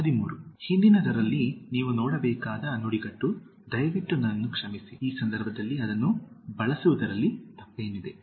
13 ಹಿಂದಿನದರಲ್ಲಿ ನೀವು ನೋಡಬೇಕಾದ ನುಡಿಗಟ್ಟು ದಯವಿಟ್ಟು ನನ್ನನ್ನು ಕ್ಷಮಿಸಿ ಈ ಸಂದರ್ಭದಲ್ಲಿ ಅದನ್ನು ಬಳಸುವುದರಲ್ಲಿ ತಪ್ಪೇನಿದೆ